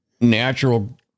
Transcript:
natural